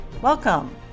welcome